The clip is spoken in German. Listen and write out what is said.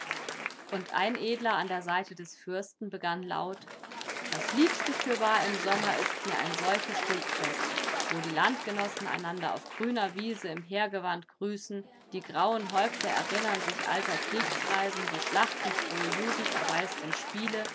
und ein edler an der seite des fürsten begann laut das liebste fürwahr im sommer ist mir ein solches hochfest wo die landgenossen einander auf grüner wiese im heergewand grüßen die grauen häupter erinnern sich alter kriegsreisen die schlachtenfrohe jugend erweist im spiele